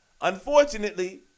Unfortunately